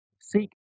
Seek